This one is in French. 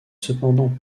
cependant